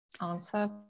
answer